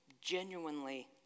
genuinely